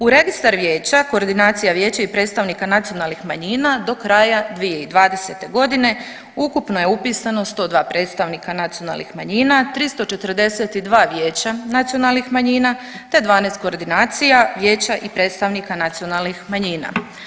U Registar vijeća koordinacija vijeća i predstavnika nacionalnih manjina do kraja 2020.g. ukupno je upisano 102 predstavnika nacionalnih manjina, 342 vijeća nacionalnih manjina te 12 koordinacija vijeća i predstavnika nacionalnih manjina.